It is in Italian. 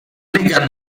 lega